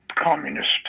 communist